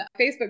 Facebook